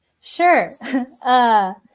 Sure